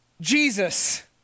Jesus